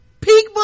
Peak